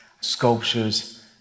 sculptures